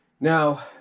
Now